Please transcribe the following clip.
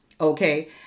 Okay